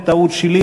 טעות שלי,